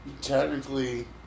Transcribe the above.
Technically